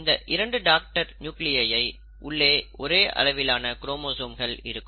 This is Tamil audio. இந்த இரண்டு டாடர் நியூகிளியை உள்ளே ஒரே அளவிலான குரோமோசோம்கள் இருக்கும்